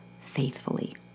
faithfully